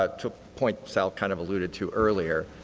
ah to appoint sal kind of alluded to earlier,